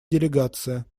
делегация